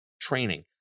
training